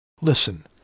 Listen